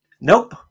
Nope